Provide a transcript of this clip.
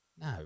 No